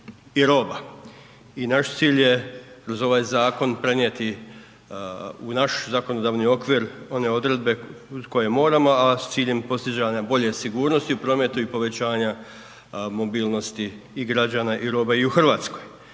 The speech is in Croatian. i naš cilj je kroz ovaj zakon prenijeti u naš zakonodavni okvir one odredbe koje moramo, a s ciljem postizanja bolje sigurnosti u prometu i povećanja mobilnosti i građana i roba i u Hrvatskoj.